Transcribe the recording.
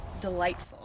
delightful